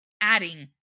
Adding